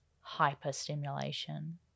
hyper-stimulation